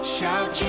Shout